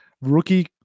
rookie